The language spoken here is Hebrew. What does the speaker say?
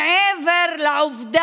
בלפור.